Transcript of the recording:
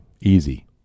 Easy